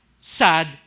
Sad